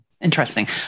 Interesting